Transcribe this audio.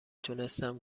تونستم